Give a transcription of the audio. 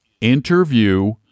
interview